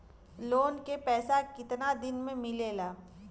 Loan के पैसा कितना दिन मे मिलेला?